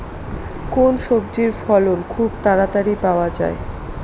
কোন সবজির ফলন খুব তাড়াতাড়ি পাওয়া যায়?